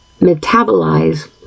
metabolize